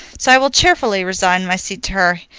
so i will cheerfully resign my seat to her,